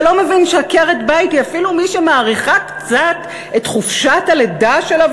אתה לא מבין שעקרת-בית היא אפילו מי שמאריכה קצת את חופשת הלידה שלה,